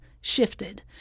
shifted